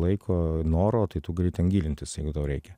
laiko noro tai tu gali ten gilintis jeigu tau reikia